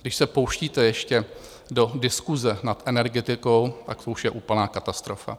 Když se pouštíte ještě do diskuse nad energetikou, pak už je úplná katastrofa.